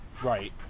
Right